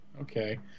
Okay